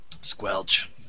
Squelch